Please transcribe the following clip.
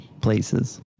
places